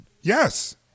yes